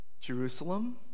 Jerusalem